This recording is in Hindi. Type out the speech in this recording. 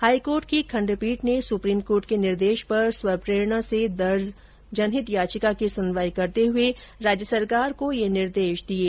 हाईकोर्ट की ॅखण्डपीठ ने सुप्रीम कोर्ट के निर्देश पर स्वप्रेरणा से दर्ज जनहित याचिका की सुनवाई करते हुए राज्य सरकार को ये निर्देश दिये